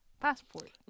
passport